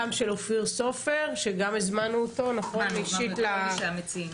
גם של אופיר סופר, שגם הזמנו אותו אישית לדיון.